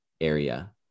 area